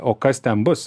o kas ten bus